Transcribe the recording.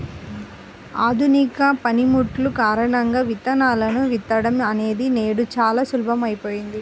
ఆధునిక పనిముట్లు కారణంగా విత్తనాలను విత్తడం అనేది నేడు చాలా సులభమైపోయింది